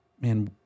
man